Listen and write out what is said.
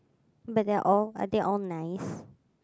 but they're all are they all nice